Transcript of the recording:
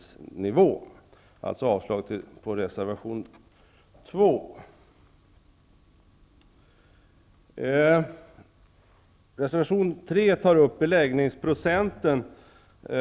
Jag yrkar således avslag på reservation I reservation 3 tas beläggningsprocenten upp.